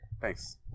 Thanks